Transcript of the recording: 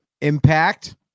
Impact